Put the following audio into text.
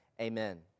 Amen